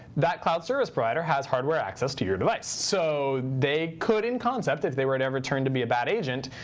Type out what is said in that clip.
that cloud service provider has hardware access to your device. so they could, in concept, if they were to ever turn out to be a bad agent,